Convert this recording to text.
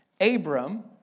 Abram